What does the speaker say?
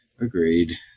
Agreed